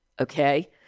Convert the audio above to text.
okay